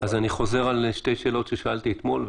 אני חוזר על שתי שאלות ששאלתי אתמול,